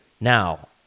Now